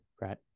right